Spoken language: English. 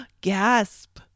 gasp